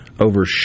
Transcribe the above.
Over